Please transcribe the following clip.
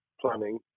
planning